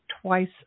twice